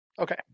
Okay